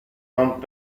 non